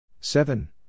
Seven